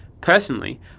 Personally